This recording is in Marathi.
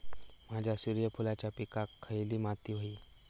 माझ्या सूर्यफुलाच्या पिकाक खयली माती व्हयी?